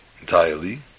entirely